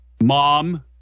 mom